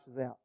out